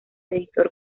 editor